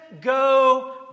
go